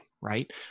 right